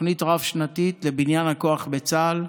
תוכנית רב-שנתית לבניין הכוח בצה"ל.